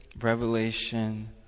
revelation